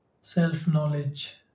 self-knowledge